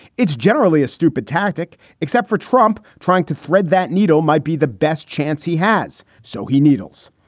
it's generally a stupid tactic, except for trump. trying to thread that needle might be the best chance he has. so he needles.